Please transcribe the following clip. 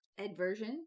Adversion